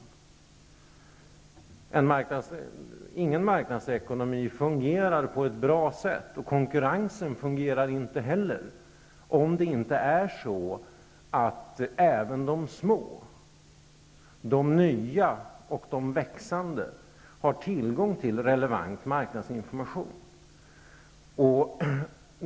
Varken marknadsekonomin eller konkurrensen fungerar på ett bra sätt, om inte även de små, nya och växande operatörerna på marknaden har tillgång till relevant marknadsinformation.